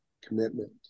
commitment